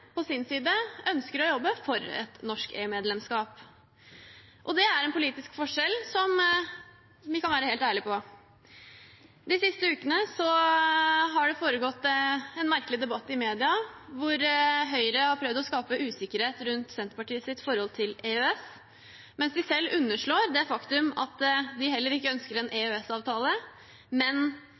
på sin side ønsker å jobbe for et norsk EU-medlemskap. Det er en politisk forskjell som vi kan være helt ærlige på. De siste ukene har det foregått en merkelig debatt i media, hvor Høyre har prøvd å skape usikkerhet rundt Senterpartiets forhold til EØS, mens de selv underslår det faktum at de heller ikke ønsker en EØS-avtale, men